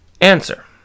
Answer